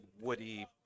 woody